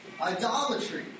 idolatry